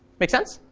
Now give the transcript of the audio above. make sense?